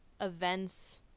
events